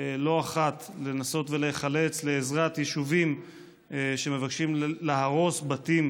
לא אחת לנסות להיחלץ לעזרת יישובים שמבקשים להרוס בהם בתים.